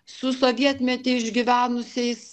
su sovietmetį išgyvenusiais